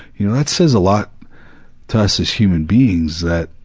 you know that says a lot to us as human beings that,